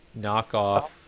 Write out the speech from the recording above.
knockoff